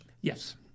Yes